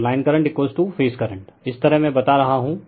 तो line current phase current इस तरह मैं बता रहा हूं